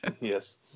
Yes